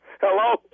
Hello